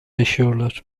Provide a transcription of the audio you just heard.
yaşıyorlar